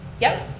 yep.